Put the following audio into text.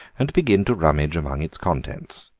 and begin to rummage among its contents.